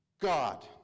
God